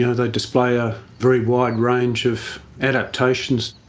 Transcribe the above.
you know they display a very wide range of adaptations,